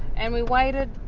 and we waited,